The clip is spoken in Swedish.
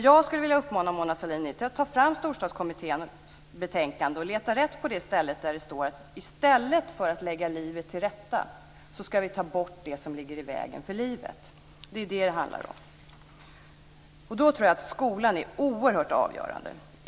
Jag vill uppmana Mona Sahlin att ta fram Storstadskommitténs betänkande och leta rätt på det ställe där det står att i stället för att lägga livet till rätta ska vi ta bort det som ligger i vägen för livet. Där är skolan oerhört avgörande.